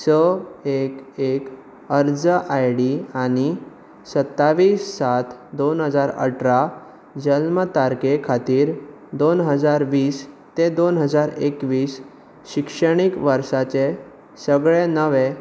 स एक एक अर्ज आयडी आनी सत्तावीस सात दोन हजार अठरा जल्म तारखे खातीर दोन हजार वीस ते दोन हजार एकवीस शिक्षणीक वर्साचे सगळें नवे